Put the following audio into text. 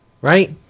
Right